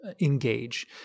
engage